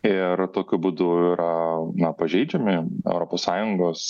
ir tokiu būdu yra na pažeidžiami europos sąjungos